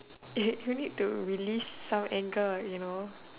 you need to release some anger you know